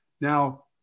Now